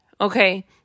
okay